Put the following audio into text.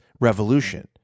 revolution